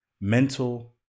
mental